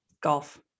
golf